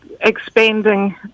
expanding